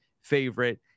favorite